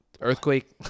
earthquake